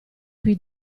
qui